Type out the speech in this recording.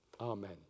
amen